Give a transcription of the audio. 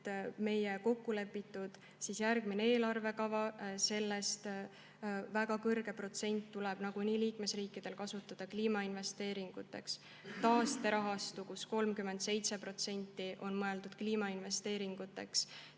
kokkulepitud eelarvekavast väga suur protsent tuleb nagunii liikmesriikidel kasutada kliimainvesteeringuteks. Taasterahastust 37% on mõeldud kliimainvesteeringuteks